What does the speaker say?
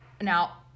Now